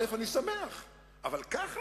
אז קודם כול,